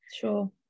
sure